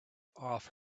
off